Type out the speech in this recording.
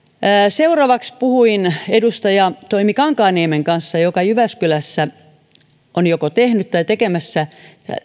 seuraavaksi puhuin edustaja toimi kankaanniemen kanssa joka jyväskylässä on joko tehnyt tai tekemässä